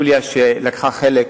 יוליה, שלקחה חלק